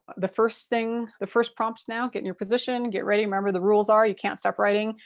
the first thing, the first prompts now. get in your position. get ready. remember the rules are you can't stop writing,